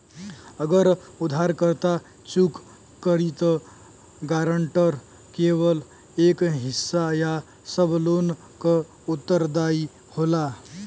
अगर उधारकर्ता चूक करि त गारंटर केवल एक हिस्सा या सब लोन क उत्तरदायी होला